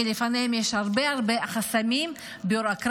כי לפניהם יש הרבה הרבה חסמים ביורוקרטיים,